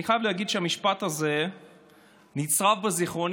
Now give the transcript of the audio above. אני חייב להגיד שהמשפט הזה נצרב בזיכרוני.